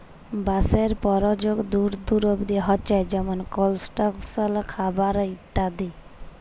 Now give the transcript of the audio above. বাঁশের পরয়োগ দূর দূর অব্দি হছে যেমল কলস্ট্রাকশলে, খাবারে ইত্যাদি